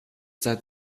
seit